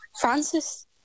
Francis